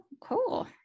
Cool